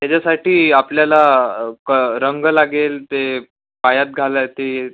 त्याच्यासाठी आपल्याला क रंग लागेल ते पायात घाला ते